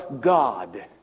God